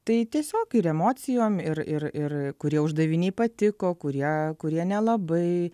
tai tiesiog ir emocijom ir ir ir kurie uždaviniai patiko kurie kurie nelabai